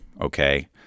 Okay